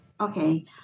Okay